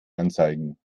anzeigen